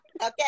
Okay